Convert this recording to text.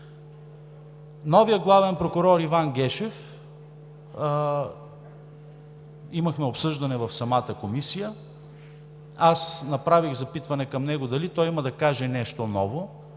Новият главен прокурор Иван Гешев – имахме обсъждане в самата Комисия, аз направих запитване към него дали има да каже нещо ново,